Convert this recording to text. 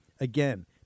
Again